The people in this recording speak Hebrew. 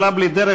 המדיני,